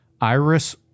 Iris